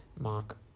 Mark